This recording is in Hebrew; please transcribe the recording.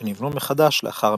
שנבנו מחדש לאחר המלחמה.